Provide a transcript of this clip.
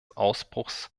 ausbruchs